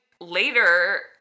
later